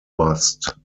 bust